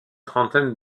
trentaine